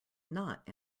not